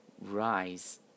Rise